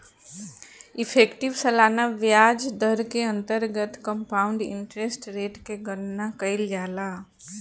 effective सालाना ब्याज दर के अंतर्गत कंपाउंड इंटरेस्ट रेट के गणना कईल जाला